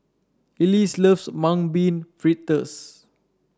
Elease loves Mung Bean Fritters